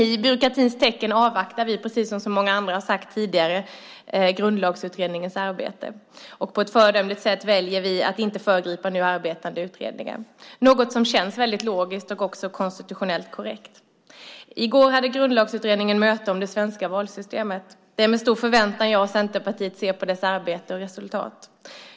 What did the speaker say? I byråkratins tecken avvaktar vi, precis som så många andra har sagt tidigare, Grundlagsutredningens arbete. På ett föredömligt sätt väljer vi att inte föregripa den nu arbetande utredningen, något som känns väldigt logiskt och också konstitutionellt korrekt. I går hade Grundlagsutredningen möte om det svenska valsystemet. Det är med stor förväntan jag och Centerpartiet ser på dess arbete och resultat.